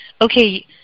okay